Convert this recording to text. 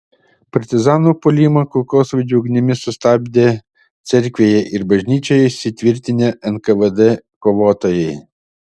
partizanų puolimą kulkosvaidžių ugnimi sustabdė cerkvėje ir bažnyčioje įsitvirtinę nkvd kovotojai